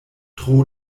tro